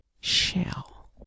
shell